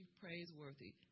praiseworthy